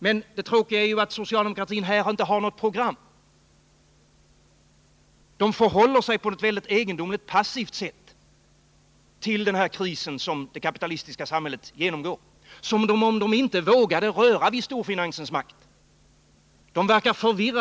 Men det tråkiga är ju att socialdemokratin inte har något program för detta. Den förhåller sig på ett väldigt egendomligt passivt sätt till denna kris som det kapitalistiska samhället genomgår, som om de inte vågade röra vid storfinansens makt.